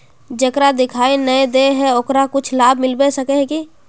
जेकरा दिखाय नय दे है ओकरा कुछ लाभ मिलबे सके है की?